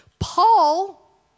Paul